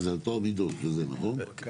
אז זה טוהר המידות וזה, נכון?